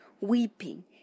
weeping